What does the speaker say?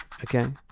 okay